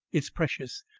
it's precious,